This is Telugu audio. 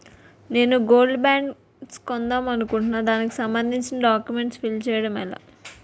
నేను గోల్డ్ బాండ్స్ కొందాం అనుకుంటున్నా దానికి సంబందించిన డాక్యుమెంట్స్ ఫిల్ చేయడం ఎలా?